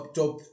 top